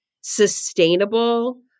sustainable